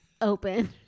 open